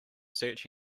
search